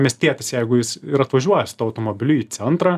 miestietis jeigu jis ir atvažiuoja su tuo automobiliu į centrą